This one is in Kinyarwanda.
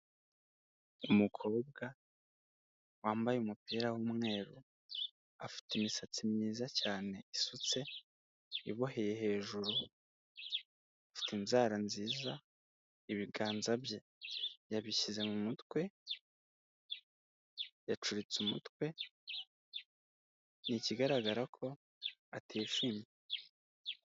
Umukobwa wambaye umupira w'umweru, afite imisatsi myiza cyane isutse iboheye hejuru, afite inzara nziza, ibiganza bye yabishyize mumutwe yacuritse umutwe ni ikigaragara ko atishimye.